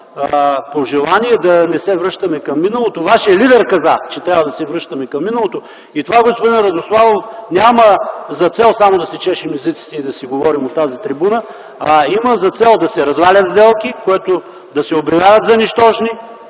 пожелание да не се връщаме към миналото. Вашият лидер каза, че трябва да се връщаме към миналото и това, господин Радославов, няма за цел само да си чешем езиците и да си говорим от тази трибуна, а има за цел да се развалят сделки, с което да се обявяват за нищожни